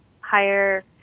higher